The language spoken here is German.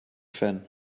fan